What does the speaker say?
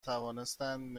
توانستند